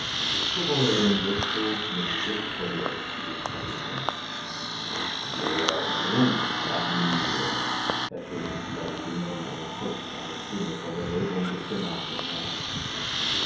so wolle er denn jetzo mit der hölle sich verbinden wer ruft nach mir ertönte zu seiner linken eine furchtbare stimme von der wölbung des gemaches herab